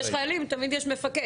יש חיילים אז תמיד יש מפקד.